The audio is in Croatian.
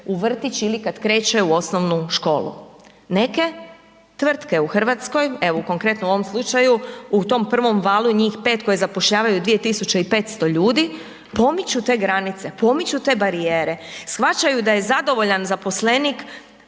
u vrtić ili kad kreće u osnovnu školu. Neke tvrtke u Hrvatskoj, evo konkretno u ovom slučaju, u tom prvom valu njih 5 koje zapošljavaju 2.500 ljudi, pomiču te granice, pomiču te barijere, shvaćaju da je zadovoljan zaposlenik